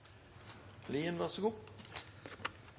dårlig vær, så